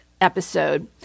episode